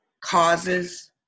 causes